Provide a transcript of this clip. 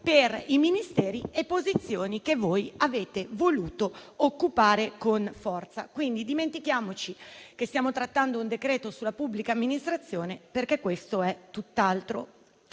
per i Ministeri e posizioni che voi avete voluto occupare con forza. Dimentichiamoci che stiamo trattando un decreto-legge sulla pubblica amministrazione, perché questo è tutt'altro.